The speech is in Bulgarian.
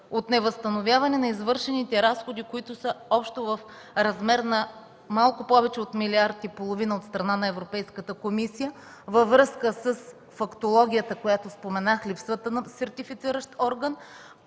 от невъзстановяване на извършените разходи, които са общо в размер на малко повече от 1,5 милиарда от страна на Европейската комисия във връзка с фактологията, която споменах – липсата на сертифициращ орган?